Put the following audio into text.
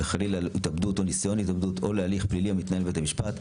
או חלילה התאבדות או ניסיון התאבדות או להליך פלילי בבית המשפט,